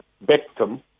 victim